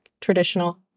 traditional